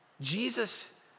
Jesus